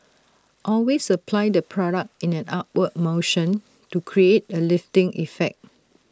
always apply the product in an upward motion to create A lifting effect